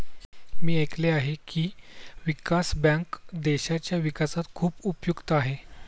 मी ऐकले आहे की, विकास बँक देशाच्या विकासात खूप उपयुक्त आहे